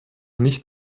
nicht